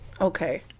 Okay